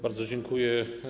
Bardzo dziękuję.